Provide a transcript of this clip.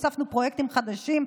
הוספנו פרויקטים חדשים,